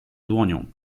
dłonią